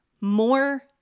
more